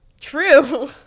true